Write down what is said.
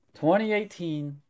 2018